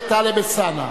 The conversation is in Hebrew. טלב אלסאנע.